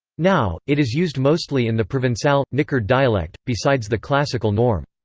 now, it is used mostly in the provencal nicard dialect, besides the classical norm.